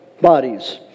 bodies